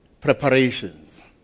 preparations